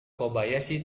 kobayashi